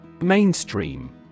Mainstream